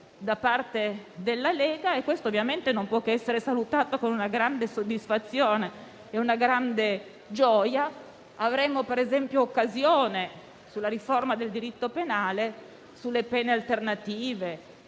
da parte della Lega, e questo ovviamente non può che essere salutato con grande soddisfazione e grande gioia. Avremo per esempio occasione di riparlarne sulla riforma del diritto penale, sulle pene alternative,